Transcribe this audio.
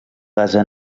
basa